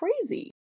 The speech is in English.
crazy